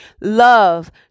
Love